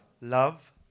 love